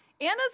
Anna's